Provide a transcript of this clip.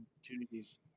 opportunities